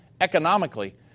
economically